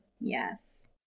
Yes